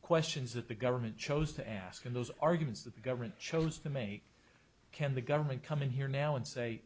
questions that the government chose to ask and those arguments that the government chose to make can the government come in here now and say